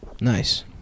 Nice